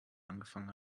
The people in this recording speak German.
angefangen